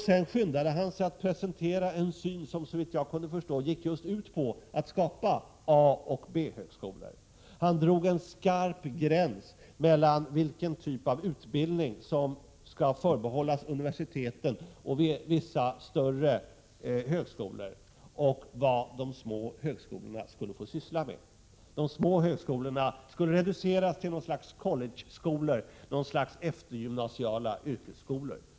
Sedan skyndade han sig att presentera en syn som, såvitt jag kunde förstå, gick ut på att skapa just A och B-högskolor. Han drog en skarp gräns mellan vilken typ av utbildning som skall förbehållas universiteten och vissa större högskolor och vad de små högskolorna skulle få syssla med. De små högskolorna skulle få reduceras till något slags college-skolor, en sorts eftergymnasiala yrkesskolor.